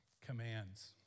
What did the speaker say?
commands